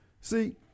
See